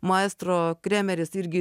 maestro kremeris irgi